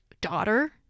daughter